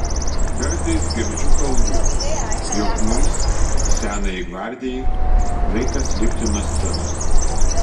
kartais girdžiu kalbų jog mums senajai gvardijai laikas lipti nuo scenos